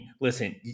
listen